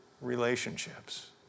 relationships